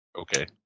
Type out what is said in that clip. okay